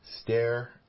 stare